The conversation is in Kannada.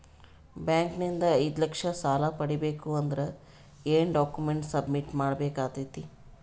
ಬ್ಯಾಂಕ್ ನಿಂದ ಐದು ಲಕ್ಷ ಸಾಲ ಪಡಿಬೇಕು ಅಂದ್ರ ಏನ ಡಾಕ್ಯುಮೆಂಟ್ ಸಬ್ಮಿಟ್ ಮಾಡ ಬೇಕಾಗತೈತಿ?